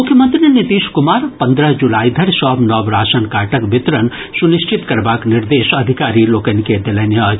मुख्यमंत्री नीतीश कुमार पंद्रह जुलाई धरि सभ नव राशन कार्डक वितरण सुनिश्चित करबाक निर्देश अधिकारी लोकनि के देलनि अछि